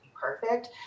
perfect